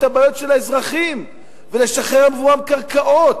הבעיות של האזרחים ולשחרר עבורם קרקעות,